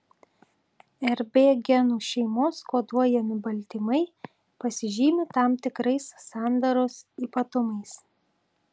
rb genų šeimos koduojami baltymai pasižymi tam tikrais sandaros ypatumais